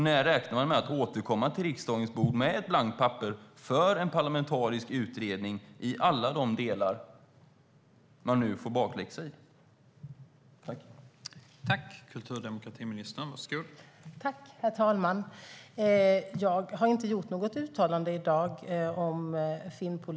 När räknar man med att återkomma till riksdagen med ett blankt papper för en parlamentarisk utredning i alla de delar man får bakläxa på?